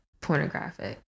pornographic